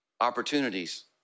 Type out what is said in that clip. opportunities